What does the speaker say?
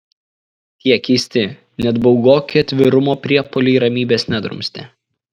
tie keisti net baugoki atvirumo priepuoliai ramybės nedrumstė